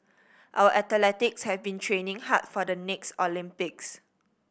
our athletes have been training hard for the next Olympics